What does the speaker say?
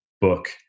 book